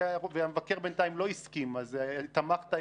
והמבקר בינתיים לא הסכים אז תמכת,